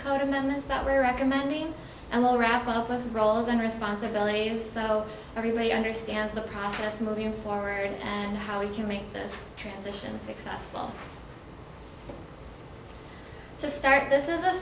code amendment that we're recommending and will wrap up with roles and responsibilities so everybody understands the process moving forward and how we can make this transition to start this is a